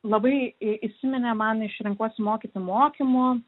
labai įsiminė man iš renkuosi mokyti mokymų